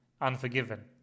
Unforgiven